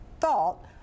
thought